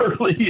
early